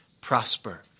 prosper